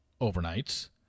overnights